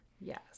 yes